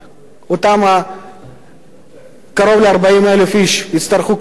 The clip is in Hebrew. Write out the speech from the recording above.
אותם קרוב ל-40,000 איש יצטרכו כל שנה